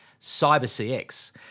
CyberCX